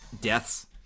deaths